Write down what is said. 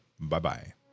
Bye-bye